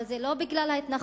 אבל זה לא בגלל ההתנחלויות,